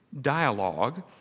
dialogue